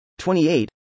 28